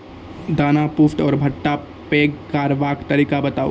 दाना पुष्ट आर भूट्टा पैग करबाक तरीका बताऊ?